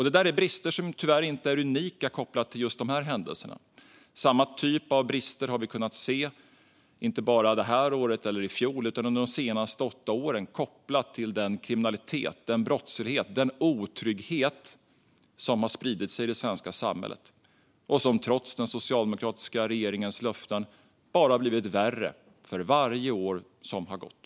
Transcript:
Det är brister som tyvärr inte är unika för just de här händelserna. Samma typ av brister har vi kunnat se under inte bara det här året eller i fjol utan under de senaste åtta åren, kopplat till den kriminalitet, den brottslighet och den otrygghet som har spridit sig i det svenska samhället och som trots den socialdemokratiska regeringens löften bara har blivit värre för varje år som har gått.